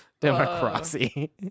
Democracy